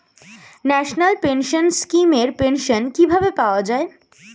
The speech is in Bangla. ন্যাশনাল পেনশন স্কিম এর পেনশন কিভাবে পাওয়া যায়?